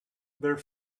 their